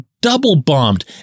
double-bombed